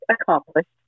Accomplished